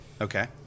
Okay